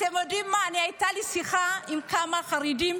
אתם יודעים מה, הייתה לי שיחה עם כמה חרדים,